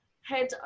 head